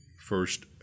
first